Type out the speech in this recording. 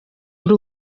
ndi